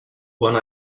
one